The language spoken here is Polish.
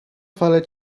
fale